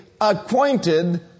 acquainted